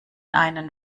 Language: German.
einen